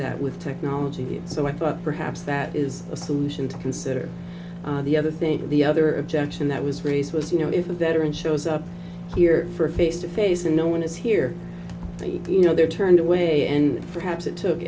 that with technology and so i thought perhaps that is a solution to consider the other thing the other objection that was raised was you know if a veteran shows up here for a face to face and no one is here you know they're turned away and perhaps it took